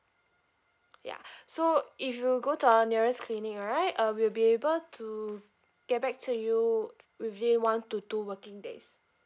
ya so if you go to our nearest clinic right uh we'll be able to get back to you within one to two working days